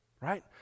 right